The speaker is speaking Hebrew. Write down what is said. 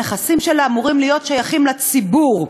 הנכסים שלה אמורים להיות שייכים לציבור,